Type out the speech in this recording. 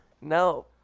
No